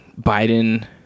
Biden